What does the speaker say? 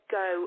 go